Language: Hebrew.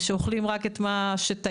שאוכלים רק את מה שטעים,